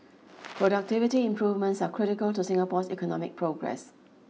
productivity improvements are critical to Singapore's economic progress